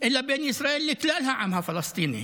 אלא בין ישראל לכלל העם הפלסטיני,